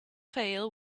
fail